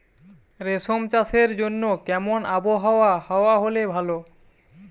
রেশম চাষের জন্য কেমন আবহাওয়া হাওয়া হলে ভালো?